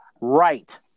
right